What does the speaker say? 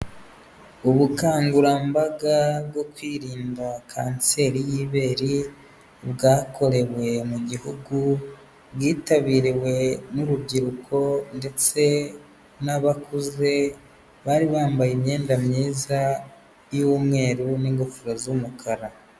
Ubukangurambaga bwo kwirinda kanseri y'ibere, bwakorewe mu gihugu, bwitabiriwe n'urubyiruko ndetse n'abakuze, bari bambaye imyenda myiza y'umweru n'ingofero z'umukara.